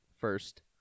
first